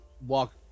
walk